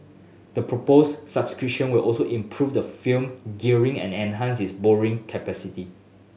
the proposed subscription will also improve the firm gearing and enhance its borrowing capacity